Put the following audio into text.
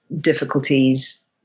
difficulties